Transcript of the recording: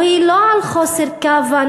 היא לא על חוסר כוונה,